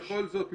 בכל זאת,